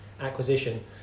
acquisition